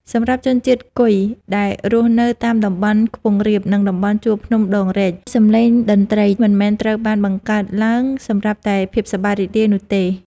សម្រាប់ជនជាតិគុយដែលរស់នៅតាមតំបន់ខ្ពង់រាប និងតំបន់ជួរភ្នំដងរែក សម្លេងតន្ត្រីមិនមែនត្រូវបានបង្កើតឡើងសម្រាប់តែភាពសប្បាយរីករាយនោះទេ។